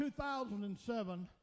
2007